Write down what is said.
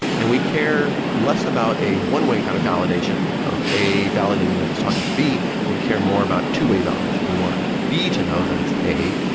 and we care less about a one-way kind of validation of a validating that was talking to b and we care more about two-way validation. we want b to know that it's a,